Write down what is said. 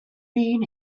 been